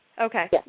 Okay